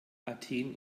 athen